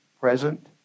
present